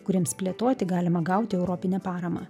kuriems plėtoti galima gauti europinę paramą